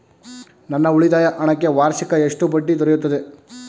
ನನ್ನ ಉಳಿತಾಯ ಹಣಕ್ಕೆ ವಾರ್ಷಿಕ ಎಷ್ಟು ಬಡ್ಡಿ ದೊರೆಯುತ್ತದೆ?